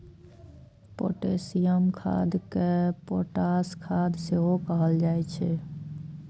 potassium खाद कें potash खाद सेहो कहल जाइ छै